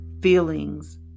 feelings